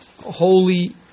holy